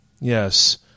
Yes